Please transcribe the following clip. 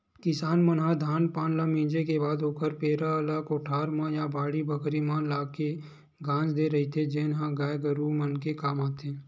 किसान मन ह धान पान ल मिंजे के बाद ओखर पेरा ल कोठार म या बाड़ी बखरी म लाके गांज देय रहिथे जेन ह गाय गरूवा मन के काम आथे